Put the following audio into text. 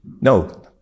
No